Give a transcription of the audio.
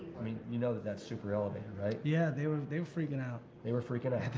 i mean, you know that that's super-elevated, right? yeah, they were they were freaking out. they were freaking out?